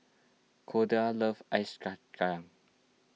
Kordell loves ice